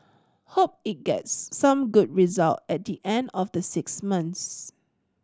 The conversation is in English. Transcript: hope it gets some good result at the end of the six months